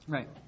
Right